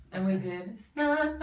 and we did stuff.